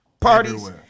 Parties